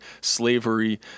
slavery